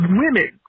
women